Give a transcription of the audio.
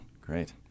Great